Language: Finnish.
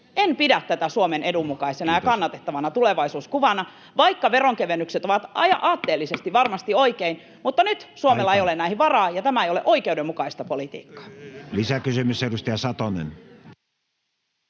En pidä tätä Suomen edun mukaisena ja kannatettavana tulevaisuuskuvana. Vaikka veronkevennykset ovat aatteellisesti varmasti oikein, nyt Suomella ei ole näihin varaa, ja tämä ei ole oikeudenmukaista politiikkaa.